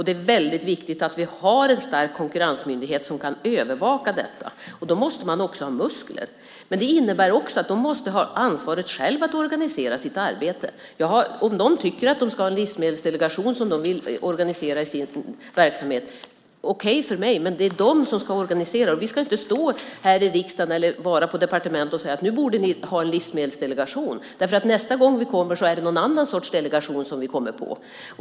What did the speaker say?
Det är väldigt viktigt att vi har en stark konkurrensmyndighet som kan övervaka detta. Då måste man också ha muskler. Det innebär också att myndigheten själv måste har ansvaret för att organisera sitt arbete. Om någon tycker att man ska organisera en livsmedelsdelegation i den verksamheten är det okej för mig, men det är myndigheten som ska organisera det. Vi ska inte stå här i riksdagen eller på departementet och säga att de borde inrätta en livsmedelsdelegation. Nästa gång är det någon annan sorts delegation som vi kommer på.